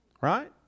right